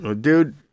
dude